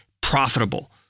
profitable